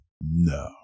No